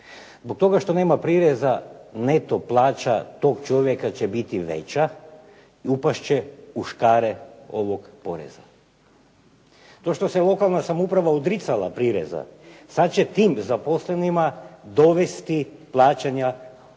Zbog toga što nema prireza neto plaća tog čovjeka će biti veća i upast će u škare ovog poreza. To što se lokalna samouprava odricala prireza sad će tim zaposlenima dovesti plaćanja poreza